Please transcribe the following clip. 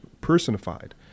personified